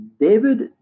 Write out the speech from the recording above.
David